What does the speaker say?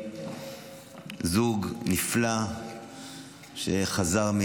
זוג נפלא שחזר,